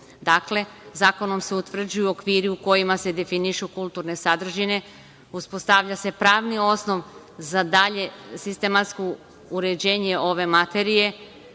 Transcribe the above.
Dakle, zakonom se utvrđuju okviri u kojima se definiše kulturne sadržine, uspostavlja se pravni osnov za dalje sistematsko uređenje ove materije